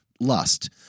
lust